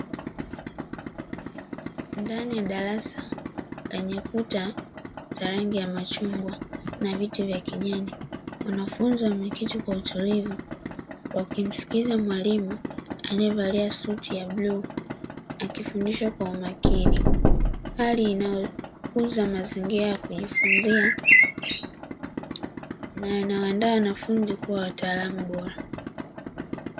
Rangi ya darasa lenye kuta rangi ya machungwa na viti vya kijani wanafunzi wameketi kwa utulivu wakimsikiliza mwalimu aliyevalia suti ya bluu akifundisha kwa umakini. Hali inayofunza mazingira ya kujifunzia na inawaanda wanafunzi kuwa wataalamu bora.